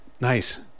Nice